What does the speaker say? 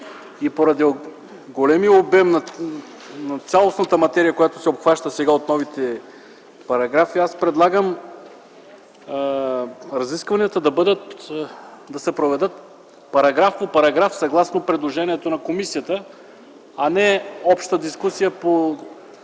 и поради големия обем на цялостната материя, която се обхваща сега от новите параграфи, аз предлагам разискванията да се проведат параграф по параграф – съгласно предложенията на комисията, а не да има обща дискусия по